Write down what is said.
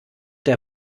der